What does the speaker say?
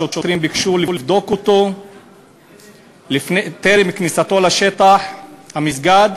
השוטרים ביקשו לבדוק אותו טרם כניסתו לשטח המסגד,